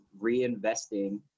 reinvesting